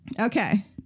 Okay